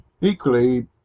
Equally